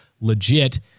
legit